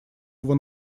его